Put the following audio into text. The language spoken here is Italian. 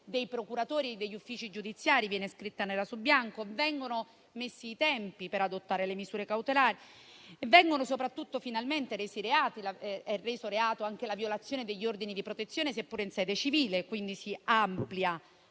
dei procuratori e degli uffici giudiziari viene scritta nero su bianco; vengono stabiliti i tempi per adottare le misure cautelari. E soprattutto viene resa finalmente reato la violazione degli ordini di protezione, seppure in sede civile e quindi si amplia